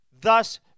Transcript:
Thus